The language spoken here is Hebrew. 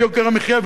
את יוקר המחיה,